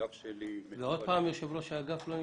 עוד פעם יושב-ראש האגף לא נמצא?